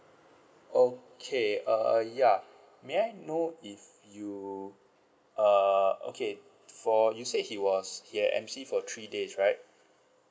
okay err yeah may I know if you err okay for you said he was he had M_C for three days right